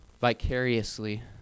Vicariously